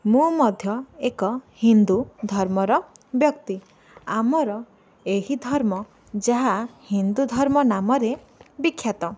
ମୁଁ ମଧ୍ୟ ଏକ ହିନ୍ଦୁ ଧର୍ମର ବ୍ୟକ୍ତି ଆମର ଏହି ଧର୍ମ ଯାହା ହିନ୍ଦୁ ଧର୍ମ ନାମରେ ବିଖ୍ୟାତ